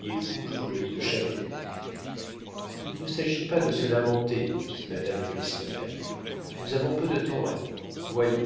il couche dans le lit de chapeloud il ne s'agit pas de se lamenter dit madame de listomère nous avons peu de temps à nous voyons